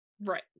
Right